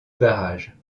barrage